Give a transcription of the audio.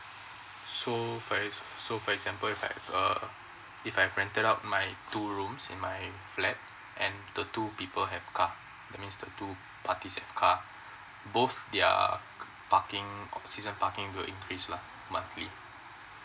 so for ex~ so for example if I uh if I rental out my two rooms in my flat and the two people have car that means the two parties have car both their parking season parking will increase lah monthly